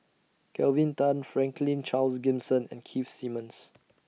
Kelvin Tan Franklin Charles Gimson and Keith Simmons